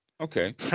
Okay